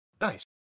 Nice